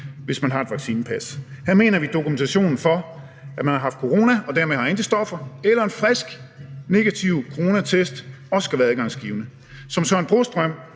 hvis man har et vaccinepas. Her mener vi, at dokumentation for, at man har haft corona og dermed har antistoffer, eller en frisk negativ coronatest også skal være adgangsgivende. Som Søren Brostrøm